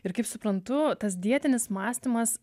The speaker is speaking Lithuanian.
ir kaip suprantu tas dietinis mąstymas